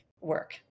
work